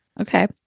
Okay